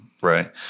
right